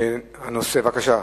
מס' 3722: